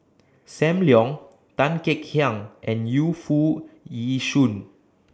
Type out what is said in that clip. SAM Leong Tan Kek Hiang and Yu Foo Yee Shoon